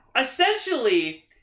essentially